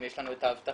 ויש לנו את האבטחה,